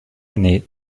année